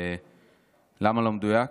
לא מדויק.